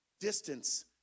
Distance